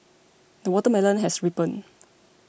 the watermelon has ripened